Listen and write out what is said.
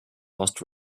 lost